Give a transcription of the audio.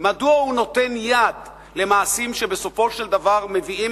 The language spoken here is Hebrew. מדוע הוא נותן יד למעשים שבסופו של דבר מביאים